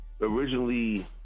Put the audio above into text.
originally